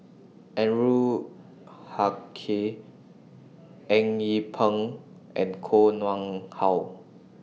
Anwarul Haque Eng Yee Peng and Koh Nguang How